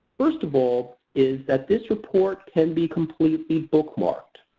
first of all, is that this report can be completely bookmarked.